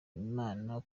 imana